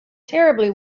terribly